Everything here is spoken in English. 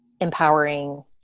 empowering